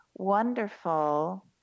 wonderful